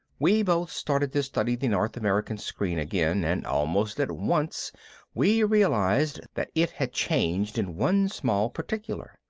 we both started to study the north america screen again and almost at once we realized that it had changed in one small particular.